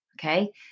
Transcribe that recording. okay